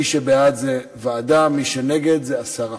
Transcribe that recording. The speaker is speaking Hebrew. מי שבעד, ועדה, מי שנגד, הסרה.